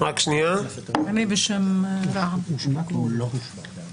אני אומר רביזיה על כל ההסתייגויות שנדחו.